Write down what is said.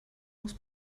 muss